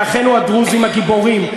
לאחינו הדרוזים הגיבורים,